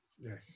Yes